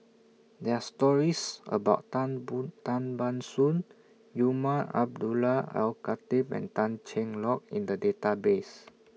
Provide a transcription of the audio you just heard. There Are stories about Tan boom Tan Ban Soon Umar Abdullah Al Khatib and Tan Cheng Lock in The Database